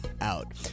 out